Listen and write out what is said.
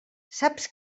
saps